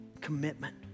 commitment